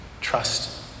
Trust